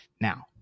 Now